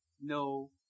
no